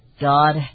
God